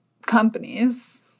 companies